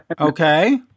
Okay